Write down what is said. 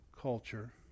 culture